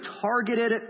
targeted